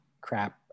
Crap